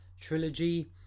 Trilogy